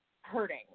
hurting